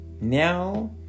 now